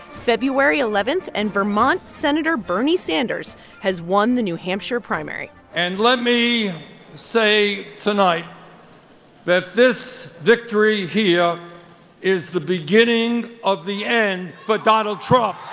february eleven. and vermont senator bernie sanders has won the new hampshire primary and let me say tonight that this victory here is the beginning of the end for donald trump